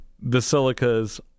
basilicas